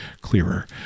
clearer